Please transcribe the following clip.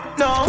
no